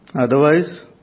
Otherwise